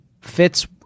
fits